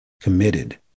committed